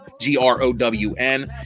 G-R-O-W-N